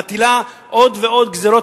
מטילה על הציבור עוד ועוד גזירות